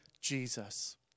Jesus